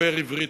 דבר עברית".